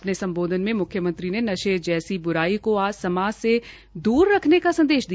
अपने सम्बोध्न में म्ख्यमंत्री ने नशे जैसी ब्राई को समाज से दूर रखने का संदेश दिया